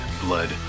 Blood